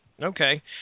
Okay